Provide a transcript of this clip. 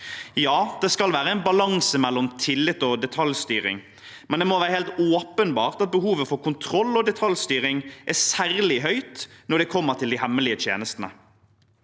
Ja, det skal være en balanse mellom tillit og detaljstyring, men det må være helt åpenbart at be hovet for kontroll og detaljstyring er særlig høyt når det gjelder de hemmelige tjenestene.